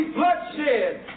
bloodshed